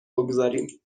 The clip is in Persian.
بگذاریم